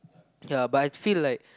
ya but I feel like